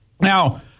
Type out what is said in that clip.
Now